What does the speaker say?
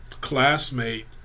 classmate